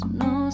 no